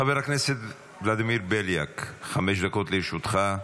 חבר הכנסת ולדימיר בליאק, חמש דקות לרשותך.